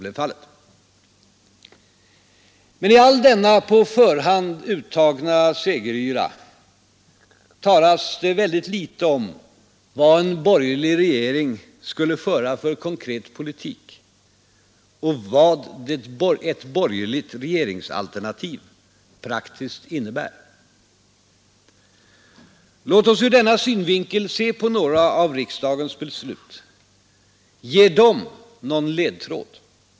I all denna på förhand uttagna segeryra talas det väldigt litet om vad en borgerlig regering skulle föra för konkret politik och vad ett borgerligt regeringsalternativ praktiskt innebär. Låt oss ur denna synvinkel se på några av riksdagens beslut. Ger dessa någon ledtråd?